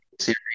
series